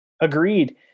Agreed